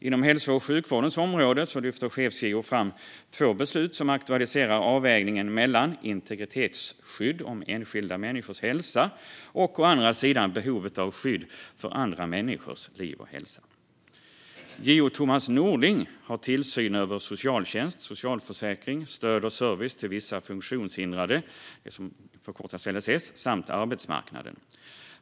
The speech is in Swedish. Inom hälso och sjukvårdens område lyfter chefs-JO fram två beslut som aktualiserar avvägningen mellan å ena sidan integritetsskydd för enskilda människors hälsa och å andra sidan behovet av skydd för andra människors liv och hälsa. JO Thomas Norling har tillsyn över socialtjänst, socialförsäkring, stöd och service till vissa funktionshindrade - det som förkortas LSS - samt arbetsmarknaden.